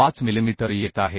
5 millimetre येत आहे